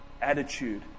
attitude